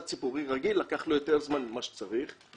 ציבורי רגיל לקח לו יותר זמן ממה שצריך.